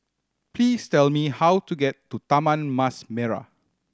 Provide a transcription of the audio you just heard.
please tell me how to get to Taman Mas Merah